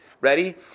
Ready